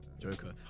Joker